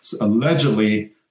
allegedly